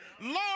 Lord